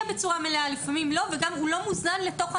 בצורה מלאה ולפעמים לא והוא גם לא מוזן לתוך המערכת.